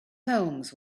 homes